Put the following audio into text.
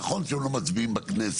נכון שהם לא מצביעים בכנסת,